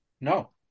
No